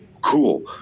cool